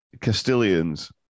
Castilians